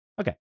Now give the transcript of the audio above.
Okay